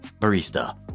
Barista